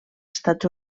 estats